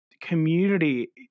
community